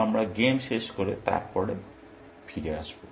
সুতরাং আমরা গেম শেষ করে তারপরে ফিরে আসব